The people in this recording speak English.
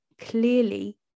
clearly